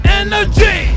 energy